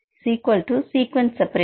இங்கே T 1 and F 7